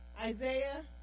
Isaiah